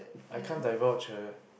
I can't divulge her